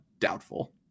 Doubtful